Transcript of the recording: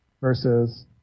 versus